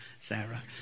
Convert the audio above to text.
Sarah